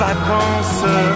Vacances